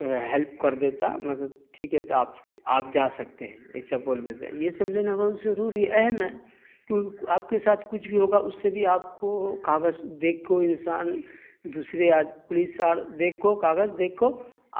help کر دیتا مطلب ٹھیک ہے تو آپ آپ جا سکتے ہیں ایسا بول دیتے یہ سب لینا بہت ضروری اہم ہے کیونکہ آپ کے ساتھ کچھ بھی ہوگا اس سے بھی آپ کو کاغذ دیکھ کے وہ انسان دوسرے پولیس اور دیکھ کے کاغذ دیکھ کے